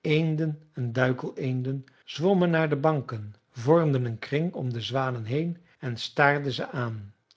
eenden en duikeleenden zwommen naar de banken vormden een kring om de zwanen heen en staarden ze aan